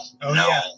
no